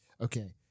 okay